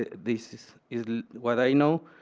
this is what i know,